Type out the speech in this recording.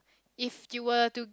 if you were too